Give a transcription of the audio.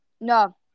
No